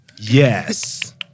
Yes